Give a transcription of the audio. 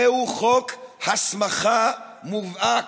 זהו חוק הסמכה מובהק,